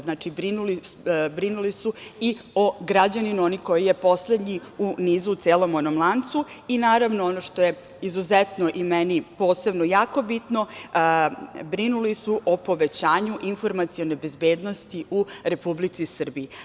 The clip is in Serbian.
Znači, brinuli su i o građaninu, onaj koji je poslednji u nizu u celom onom lancu i naravno, ono što je izuzetno i meni posebno jako bitno, brinuli su o povećanju informacione bezbednosti u Republici Srbiji.